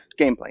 Gameplay